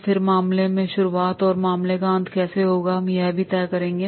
और फिर मामले की शुरुआत और मामले का अंत कैसे होगा हम यह तय करेंगे